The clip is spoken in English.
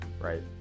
right